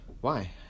Why